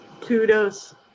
Kudos